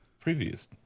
Previous